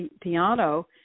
Piano